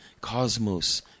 cosmos